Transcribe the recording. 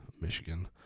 Michigan